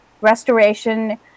restoration